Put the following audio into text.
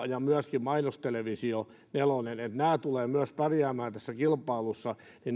ja myöskin mainostelevisio nelonen tulevat pärjäämään tässä kilpailussa